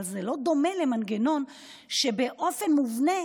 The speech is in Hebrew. אבל זה לא דומה למנגנון שבאופן מובנה,